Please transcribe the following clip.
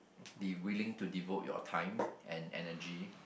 be willing to devote your time and energy